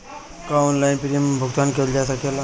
का online premium भुगतान कईल जा सकेला?